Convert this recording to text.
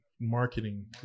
marketing